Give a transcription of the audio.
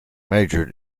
majored